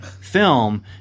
film